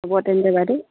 হ'ব তেন্তে বাইদেউ